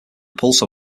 pulsar